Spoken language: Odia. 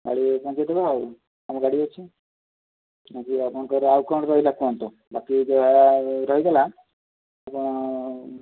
ଗାଡ଼ି ପହଞ୍ଚାଇ ଦେବ ଆଉ ଆମ ଗାଡ଼ି ଅଛି ଯଦି ଆପଣଙ୍କର ଆଉ କ'ଣ ରହିଲା କୁହନ୍ତୁ ବାକି ଯାହା ରହିଗଲା ଆପଣ